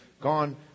gone